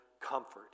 comfort